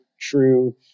true